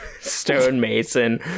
stonemason